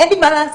אין לי מה לעשות.